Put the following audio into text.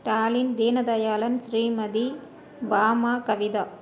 Stalin Deena Dayalan Shrimati Bama Kavitha